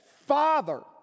Father